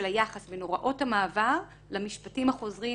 היחס בין הוראות המעבר למשפטים החוזרים,